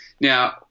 Now